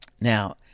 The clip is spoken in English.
Now